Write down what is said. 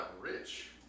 rich